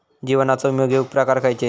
जीवनाचो विमो घेऊक प्रकार खैचे?